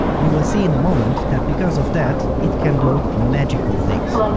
you will see in a moment that because of that, it can do magical things.